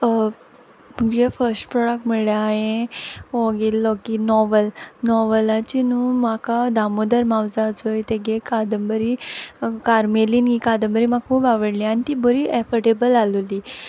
मुगे first product म्हुळ्यार हांयें हो घेयल्लो की नोव्हल नोव्हलाची न्हू म्हाका दामोदर मोवजो हा चोय तेगे कादंबरी कार्मेलीन ही कादंबरी म्हाक खूब आवडली आनी ती बोरी एफोर्डेबल आहलोली